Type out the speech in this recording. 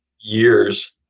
years